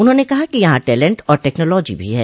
उन्होंने कहा कि यहां टेलेंट है और टेक्नोलॉजी भी है